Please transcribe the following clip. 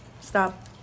Stop